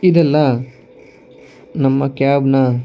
ಇದೆಲ್ಲ ನಮ್ಮ ಕ್ಯಾಬ್ನ